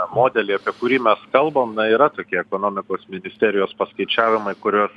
modelį apie kurį mes kalbam na yra tokie ekonomikos ministerijos paskaičiavimai kuriuos